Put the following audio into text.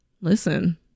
Listen